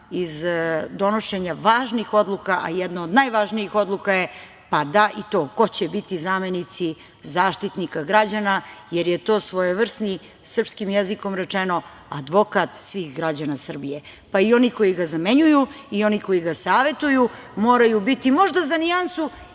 iz donošenja važnih odluka, a jedna od najvažnijih odluka je i to ko će biti zamenici Zaštitnika građana, jer je to svojevrsni, srpskim jezikom rečeno, advokat svih građana Srbije, pa i onih koji ga zamenjuju i onih koji ga savetuju moraju biti možda za nijansu